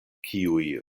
kiuj